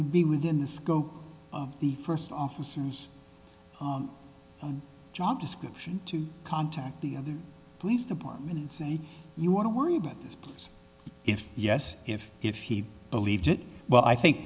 would be within the scope of the first officer whose job description to contact the other police department and say you want to worry about this because if yes if if he believes it well i think